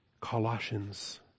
Colossians